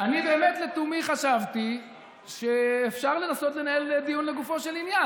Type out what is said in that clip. אני באמת לתומי חשבתי שאפשר לנסות לנהל דיון לגופו של עניין.